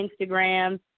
Instagram